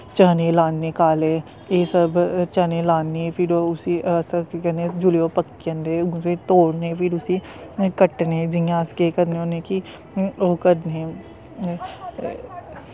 चनें लान्ने काले एह् सब चनें लान्ने फिर उस्सी अस केह् करने जिसले ओह् पक्की जंदे उ'नें गी तोड़ने फिर उस्सी कट्टने जि'यां अस केह् करने होन्ने कि ओह् करने